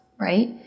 right